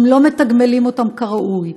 אם לא מתגמלים אותם כראוי,